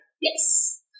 Yes